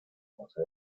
jose